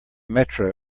metro